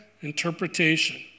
interpretation